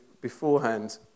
beforehand